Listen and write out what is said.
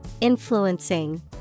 influencing